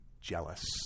jealous